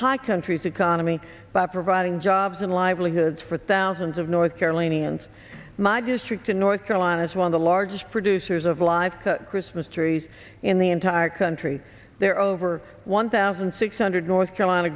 high country's economy by providing jobs and livelihoods for thousands of north carolinians my district in north carolina is one of the largest producers of live christmas trees in the entire country there are over one thousand six hundred north carolina